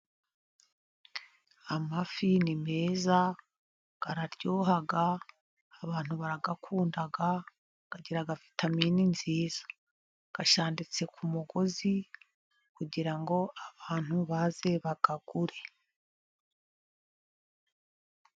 Amafi ni meza araryoha, abantu barayakunda ,agira vitamini nziza ,ashanditse ku mugozi kugira ngo abantu baze bayagure.